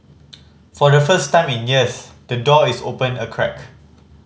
for the first time in years the door is open a crack